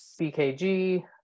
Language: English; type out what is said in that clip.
BKG